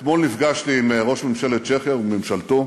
אתמול נפגשתי עם ראש ממשלת צ'כיה וממשלתו.